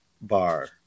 bar